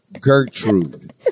Gertrude